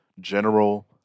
general